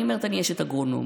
אני אומרת: אני אשת אגרונום.